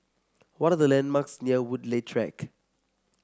what are the landmarks near Woodleigh Track